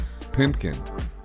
Pimpkin